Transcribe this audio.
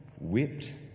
whipped